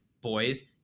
boys